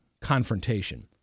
confrontation